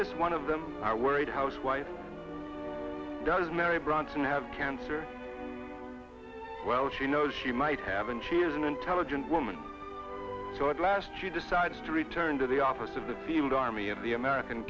this one of them are worried housewives does mary bronson have cancer well she knows she might have and she is an intelligent woman so at last she decides to return to the office of the field army of the american